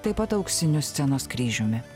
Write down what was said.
taip pat auksiniu scenos kryžiumi